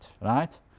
right